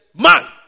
man